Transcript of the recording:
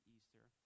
Easter